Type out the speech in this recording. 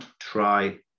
try